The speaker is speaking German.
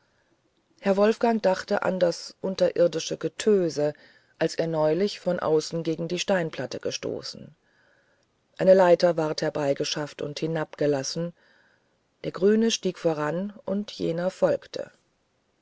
herr wolfgang dachte an das unterirdische getöse als er neulich von außen gegen die steinplatte gestoßen eine leiter ward herbeigeschafft und hinabgelassen der grüne stieg voran und jener folgte